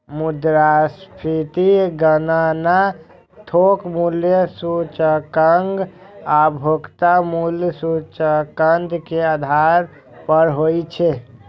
मुद्रास्फीतिक गणना थोक मूल्य सूचकांक आ उपभोक्ता मूल्य सूचकांक के आधार पर होइ छै